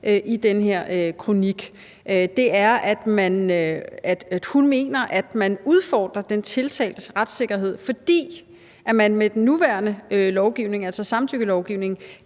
i den her kronik, er, at hun mener, at man udfordrer den tiltaltes retssikkerhed, fordi man med den nuværende lovgivning